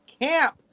camp